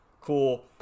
cool